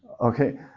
Okay